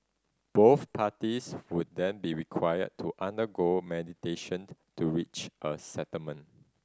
both parties would then be required to undergo meditation to reach a settlement